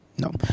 No